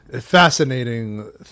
fascinating